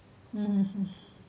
mmhmm